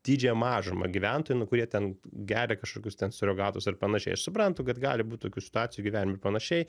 didžiąją mažumą gyventojų nu kurie ten geria kažkokius ten surogatus ar panašiai aš suprantu kad gali būt tokių situacijų gyvenime ir panašiai